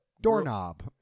Doorknob